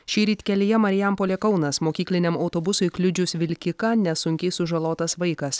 šįryt kelyje marijampolė kaunas mokykliniam autobusui kliudžius vilkiką nesunkiai sužalotas vaikas